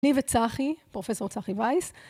ניבה צחי, פרופסור צחי וייס.